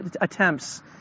attempts